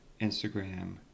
Instagram